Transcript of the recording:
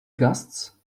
ghosts